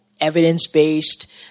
evidence-based